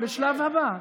בשלב הבא.